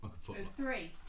Three